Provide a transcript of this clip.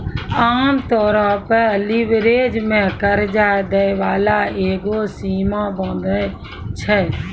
आमतौरो पे लीवरेज मे कर्जा दै बाला एगो सीमा बाँधै छै